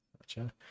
Gotcha